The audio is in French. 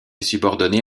subordonné